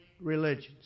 religions